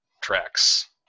tracks